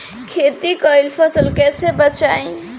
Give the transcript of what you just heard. खेती कईल फसल कैसे बचाई?